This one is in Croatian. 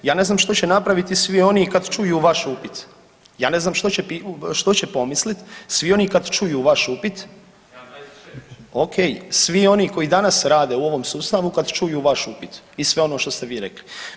Ja ne znam što će napraviti svi oni kad čuju vaš upit, ja ne znam što će pomislit svi oni kad čuju vaš upit … [[Upadica se ne razumije.]] ok, svi oni koji danas rade u ovom sustavu kad čuju vaš upit i sve ono što ste vi rekli.